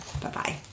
Bye-bye